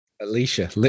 Alicia